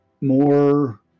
more